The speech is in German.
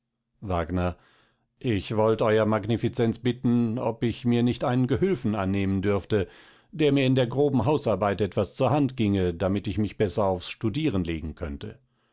wagner ich wollt ew magnificenz bitten ob ich mir nicht einen gehülfen annehmen dürfte der mir in der groben hausarbeit etwas zur hand gienge damit ich mich beßer aufs studieren legen könnte